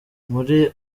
buri